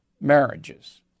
marriages